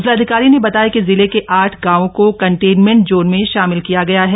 जिलाधिकारी ने बताया कि जिले के आठ गांवों को कंटेनमेंट जोन में शामिल किया गया है